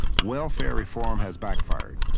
welfare reform has backfired.